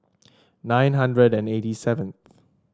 nine hundred and eighty seven